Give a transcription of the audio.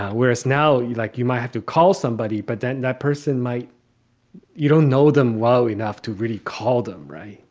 whereas now you'd like you might have to call somebody, but then that person might you don't know them well enough to really call them. right.